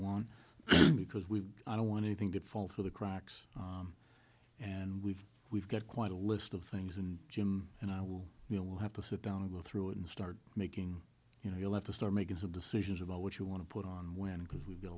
want because we don't want anything to fall through the cracks and we've we've got quite a list of things and jim and i will you know we'll have to sit down and go through it and start making you know you'll have to start making some decisions about what you want to put on when because we'